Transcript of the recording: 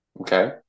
Okay